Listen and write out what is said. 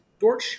Dorch